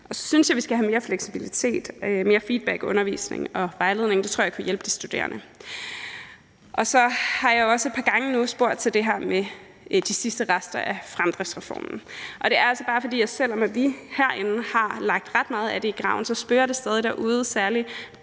Og så synes jeg, vi skal have mere fleksibilitet og mere feedback i undervisningen og vejledningen – det tror jeg kunne hjælpe de studerende. Jeg har også nu et par gange spurgt til det her med de sidste rester af fremdriftsreformen, og det skyldes altså, at selv om vi herinde har lagt ret meget af det i graven, så spøger det stadig derude, særlig